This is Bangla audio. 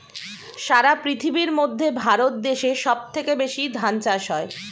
সারা পৃথিবীর মধ্যে ভারত দেশে সব থেকে বেশি ধান চাষ হয়